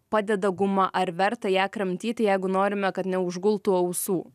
padeda guma ar verta ją kramtyti jeigu norime kad neužgultų ausų